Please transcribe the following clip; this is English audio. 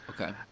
Okay